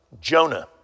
Jonah